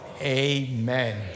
Amen